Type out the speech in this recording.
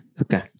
okay